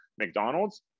mcdonald's